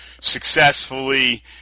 successfully